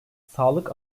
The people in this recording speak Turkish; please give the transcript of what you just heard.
sağlık